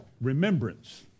Remembrance